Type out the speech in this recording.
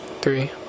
three